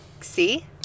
See